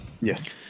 Yes